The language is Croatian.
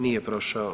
Nije prošao.